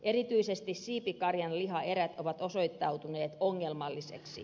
erityisesti siipikarjan lihaerät ovat osoittautuneet ongelmallisiksi